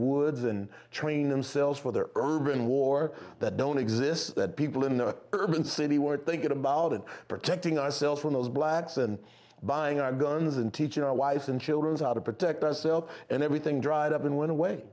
woods and train themselves for their urban war that don't exist that people in the urban city were thinking about and protecting ourselves from those blacks and buying our guns and teaching our wives and children how to protect ourselves and everything dried up and went away